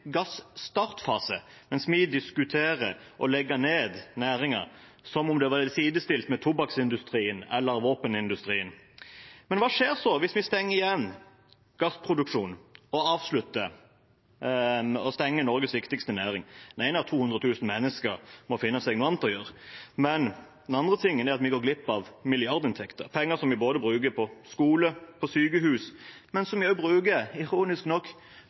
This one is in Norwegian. mens vi diskuterer å legge ned næringer som om de var sidestilt med tobakksindustrien eller våpenindustrien. Hva skjer hvis vi stenger igjen gassproduksjonen og avslutter Norges viktigste næring? For det første må mer enn 200 000 mennesker finne seg noe annet å gjøre. Det andre er at vi går glipp av milliardinntekter, penger som vi bruker både til skole, til sykehus og også – ironisk nok